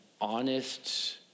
honest